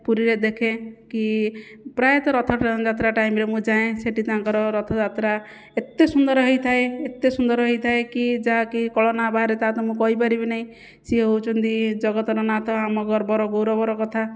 ପୁରୀରେ ଦେଖେ କି ପ୍ରାୟତଃ ରଥଯାତ୍ରା ଟାଇମ୍ରେ ମୁଁ ଯାଏ ସେଠି ତାଙ୍କର ରଥଯାତ୍ରା ଏତେ ସୁନ୍ଦର ହୋଇଥାଏ ଏତେ ସୁନ୍ଦର ହୋଇଥାଏ କି ଯାହାକି କଳନା ବାହାରେ ତାହା ତ ମୁଁ କହିପାରିବି ନାହିଁ ସିଏ ହେଉଛନ୍ତି ଜଗତର ନାଥ ଆମ ଗର୍ବର ଗୌରବର କଥା